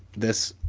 this,